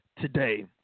today